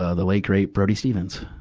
ah the late, great brody stevens.